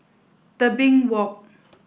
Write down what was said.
Tebing Walk